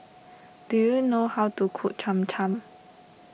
do you know how to cook Cham Cham